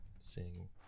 seeing